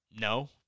No